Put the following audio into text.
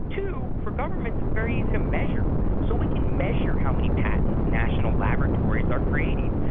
two, for governments it's very easy to measure. so we can measure how many patents national laboratories are creating,